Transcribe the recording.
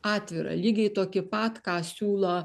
atvirą lygiai tokį pat ką siūlo